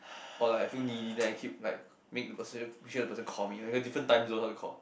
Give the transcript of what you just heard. or like I feel needy then I keep like make the person sure the person call me different time zone also call